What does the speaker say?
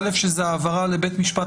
שזה באותו בית משפט